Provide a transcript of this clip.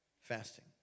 Fasting